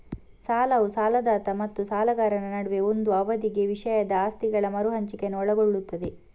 ಸಾಲವು ಸಾಲದಾತ ಮತ್ತು ಸಾಲಗಾರನ ನಡುವೆ ಒಂದು ಅವಧಿಗೆ ವಿಷಯದ ಆಸ್ತಿಗಳ ಮರು ಹಂಚಿಕೆಯನ್ನು ಒಳಗೊಳ್ಳುತ್ತದೆ